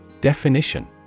Definition